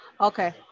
Okay